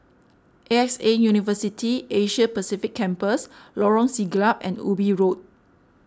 A X A University Asia Pacific Campus Lorong Siglap and Ubi Road